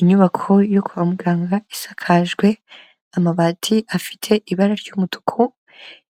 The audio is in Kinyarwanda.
Inyubako yo kwa muganga isakajwe amabati afite ibara ry'umutuku,